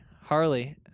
Harley